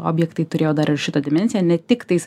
objektai turėjo dar ir šitą dimensiją ne tiktais